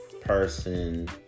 person